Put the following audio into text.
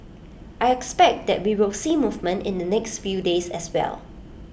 I expect that we will see movement in the next few days as well